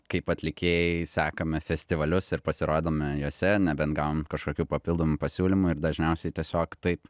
kaip atlikėjai sekame festivalius ir pasirodome juose nebent gaunam kažkokių papildomų pasiūlymų ir dažniausiai tiesiog taip